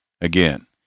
again